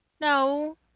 no